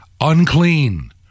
Unclean